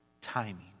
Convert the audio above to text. timing